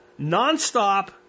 nonstop